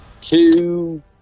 two